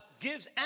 Gives